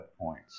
points